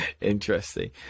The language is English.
Interesting